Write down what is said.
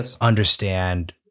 understand